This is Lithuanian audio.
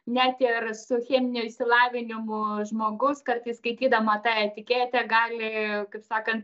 net ir su cheminiu išsilavinimu žmogus kartais skaitydama tą etiketę gali kaip sakant